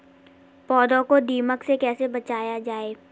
पौधों को दीमक से कैसे बचाया जाय?